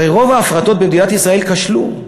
הרי רוב ההפרטות במדינת ישראל כשלו.